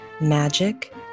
magic